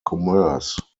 commerce